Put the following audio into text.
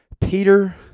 Peter